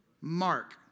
Mark